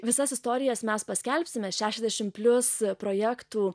visas istorijas mes paskelbsime šešiasdešim plius projektų